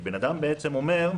כי אדם אומר,